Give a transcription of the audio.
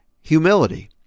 humility